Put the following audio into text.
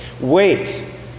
wait